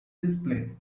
display